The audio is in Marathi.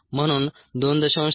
म्हणून 2